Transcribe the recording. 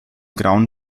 grauen